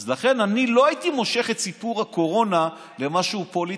אז לכן אני לא הייתי מושך את סיפור הקורונה למשהו פוליטי,